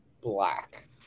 Black